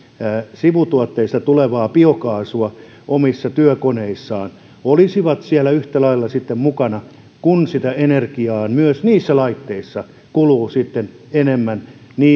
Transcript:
sivutuotteista tulevaa biokaasua omissa työkoneissaan tulisi olla siellä yhtä lailla sitten mukana kun sitä energiaa myös niissä laitteissa kuluu enemmän